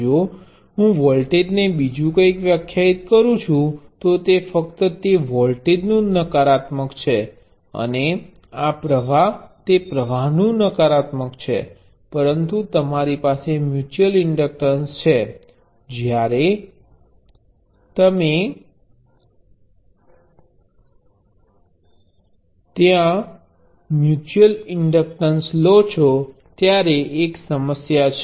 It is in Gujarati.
જો હું આ વોલ્ટેજને બીજું કંઇક વ્યાખ્યાયિત કરું છું તો તે ફક્ત તે વોલ્ટેજનું નકારાત્મક છે અને આ પ્રવાહ તે પ્રવાહ નું નકારાત્મક છે પરંતુ જ્યારે તમારી પાસે મ્યુચ્યુઅલ ઇન્ડક્ટર છે ત્યારે એક સમસ્યા છે